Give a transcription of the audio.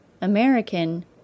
American